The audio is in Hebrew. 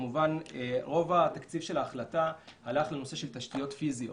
רוב התקציב של ההחלטה הלך לנושא של תשתיות פיזיות,